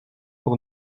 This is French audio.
pour